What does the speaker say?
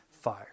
fire